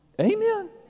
Amen